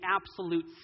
absolute